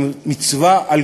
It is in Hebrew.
נא לסיים.